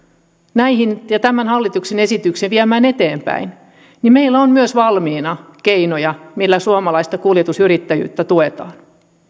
näihin ja tämän hallituksen esityksen viemään eteenpäin niin meillä on myös valmiina keinoja millä suomalaista kuljetusyrittäjyyttä tuetaan